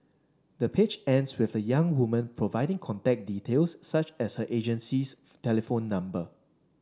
the page ends with the young woman providing contact details such as her agency's telephone number